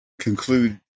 conclude